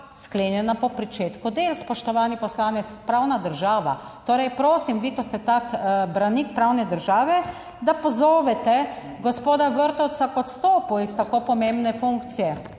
sklenjena po pričetku del. Spoštovani poslanec, pravna država torej, prosim vi, ko ste tak branik pravne države, da pozovete gospoda Vrtovca k odstopu iz tako pomembne funkcije,